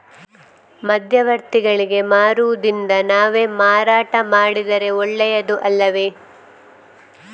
ಮಧ್ಯವರ್ತಿಗಳಿಗೆ ಮಾರುವುದಿಂದ ನಾವೇ ಮಾರಾಟ ಮಾಡಿದರೆ ಒಳ್ಳೆಯದು ಅಲ್ಲವೇ?